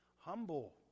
Humble